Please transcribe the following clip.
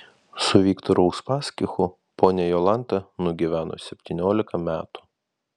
su viktoru uspaskichu ponia jolanta nugyveno septyniolika metų